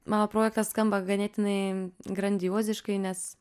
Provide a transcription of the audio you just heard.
mano projektas skamba ganėtinai grandioziškai nes